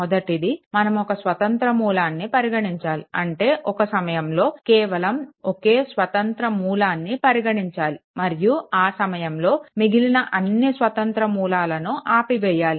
మొదటిది మనం ఒక స్వతంత్ర మూలాన్ని పరిగణించాలి అంటే ఒక సమయంలో కేవలం ఒకే స్వతంత్ర మూలాన్ని పరిగణించాలి మరియు ఆ సమయంలో మిగిలిన అన్నీ స్వతంత్ర మూలాలను ఆపివేయాలి